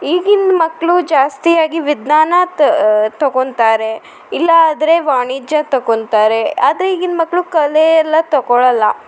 ಈಗಿನ ಮಕ್ಕಳು ಜಾಸ್ತಿಯಾಗಿ ವಿಜ್ಞಾನ ತೊಕೊಂತಾರೆ ಇಲ್ಲಾದರೆ ವಾಣಿಜ್ಯ ತಕೊಂತಾರೆ ಆದರೆ ಈಗಿನ ಮಕ್ಕಳು ಕಲೆ ಎಲ್ಲ ತೊಕೊಳ್ಳಲ್ಲ